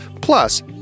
Plus